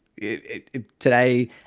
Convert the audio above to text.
today